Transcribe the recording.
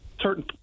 certain